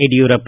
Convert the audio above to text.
Yediyurappa